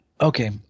Okay